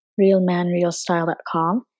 realmanrealstyle.com